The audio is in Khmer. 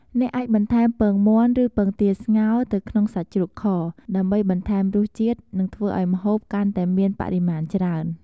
អ្នកអាចបន្ថែមពងមាន់ ឬពងទាស្ងោរទៅក្នុងសាច់ជ្រូកខ ដើម្បីបន្ថែមរសជាតិ និងធ្វើឱ្យម្ហូបកាន់តែមានបរិមាណច្រើន។